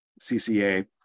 CCA